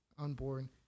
unborn